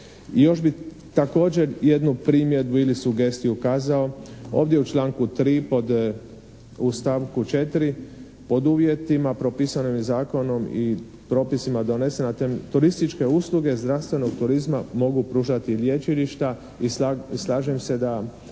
Još bi također jednu primjedbu ili sugestiju kazao. Ovdje u članku 3. u stavku 4. pod uvjetima propisanim ovim Zakonom i propisima na temelju turističke usluge, zdravstvenog turizma mogu pružati lječilišta i slažem se da